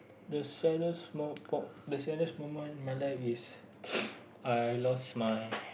the saddest mo~ the saddest moment of my life is I lost my